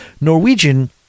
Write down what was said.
Norwegian